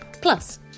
Plus